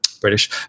British